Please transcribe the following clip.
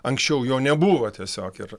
anksčiau jo nebuvo tiesiog ir